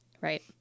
Right